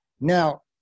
Now